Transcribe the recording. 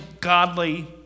godly